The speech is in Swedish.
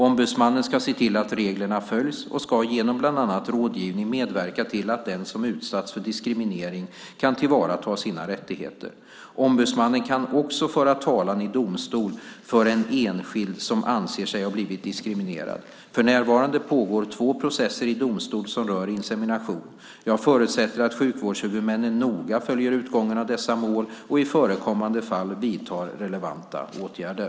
Ombudsmannen ska se till att reglerna följs och ska genom bland annat rådgivning medverka till att den som utsatts för diskriminering kan tillvarata sina rättigheter. Ombudsmannen kan också föra talan i domstol för en enskild som anser sig ha blivit diskriminerad. För närvarande pågår två processer i domstol som rör insemination. Jag förutsätter att sjukvårdshuvudmännen noga följer utgången i dessa mål och i förekommande fall vidtar relevanta åtgärder.